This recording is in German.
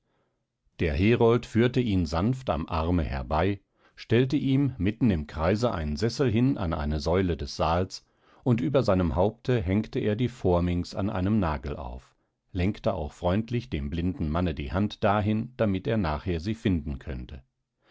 der herold führte ihn sanft am arme herbei stellte ihm mitten im kreise einen sessel hin an eine säule des saals und über seinem haupte hängte er die phorminx an einem nagel auf lenkte auch freundlich dem blinden manne die hand dahin damit er nachher sie finden könnte